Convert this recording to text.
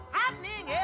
happening